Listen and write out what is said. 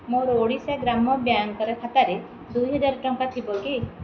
ମୋର ଓଡ଼ିଶା ଗ୍ରାମ୍ୟ ବ୍ୟାଙ୍କ୍ ଖାତାରେ ଦୁଇହାଜର ଟଙ୍କା ଥିବ କି